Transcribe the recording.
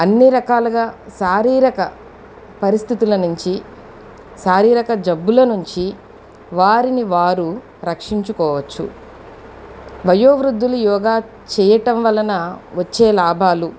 అన్ని రకాలుగా శారీరక పరిస్థితుల నుంచి శారీరక జబ్బుల నుంచి వారిని వారు రక్షించుకోవచ్చు వయో వృద్ధులు యోగా చేయటం వలన వచ్చే లాభాలు